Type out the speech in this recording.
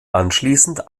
anschließend